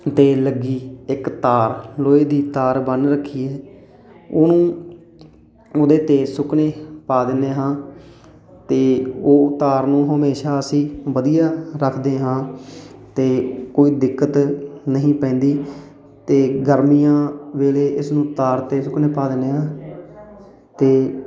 'ਤੇ ਲੱਗੀ ਇੱਕ ਤਾਰ ਲੋਹੇ ਦੀ ਤਾਰ ਬੰਨ੍ਹ ਰੱਖੀ ਹੈ ਉਹਨੂੰ ਉਹਦੇ 'ਤੇ ਸੁਕਣੇ ਪਾ ਦਿੰਦੇ ਹਾਂ ਅਤੇ ਉਹ ਤਾਰ ਨੂੰ ਹਮੇਸ਼ਾ ਅਸੀਂ ਵਧੀਆ ਰੱਖਦੇ ਹਾਂ ਅਤੇ ਕੋਈ ਦਿੱਕਤ ਨਹੀਂ ਪੈਂਦੀ ਅਤੇ ਗਰਮੀਆਂ ਵੇਲੇ ਇਸਨੂੰ ਤਾਰ 'ਤੇ ਸੁੱਕਣੇ ਪਾ ਦਿੰਦੇ ਹਾਂ ਅਤੇ